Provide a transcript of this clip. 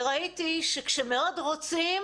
וראיתי שכשמאוד רוצים